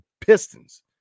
Pistons